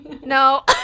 No